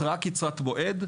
התרעה קצרת מועד,